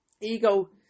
Ego